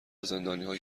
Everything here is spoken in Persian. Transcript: زندانیها